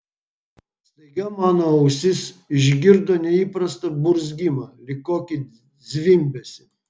staiga mano ausis išgirdo neįprastą burzgimą lyg kokį zvimbesį